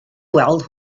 weld